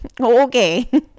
okay